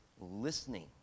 listening